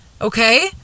Okay